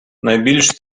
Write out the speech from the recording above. найбільш